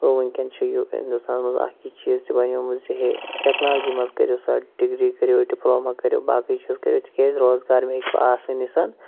گوٚو وٕنۍکٮ۪ن چھِ یہِ ہِنٛدُستانَس منٛز اَکھ یہِ چیٖز تہِ بنیومُت زِ ہے ٹیکنالجی منٛز کٔریُو سا ڈگری کٔریُو ڈِپلوما کٔریُو باقٕے چیٖز کٔریُو تِکیٛازِ روزگار ما ہٮ۪کِو آسانی سان